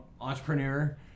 entrepreneur